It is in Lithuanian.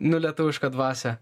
nu lietuviška dvasia